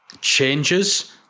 changes